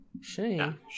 Shame